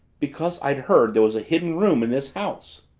because i'd heard there was a hidden room in this house.